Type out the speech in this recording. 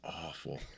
awful